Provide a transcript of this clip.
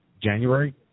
January